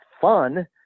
fun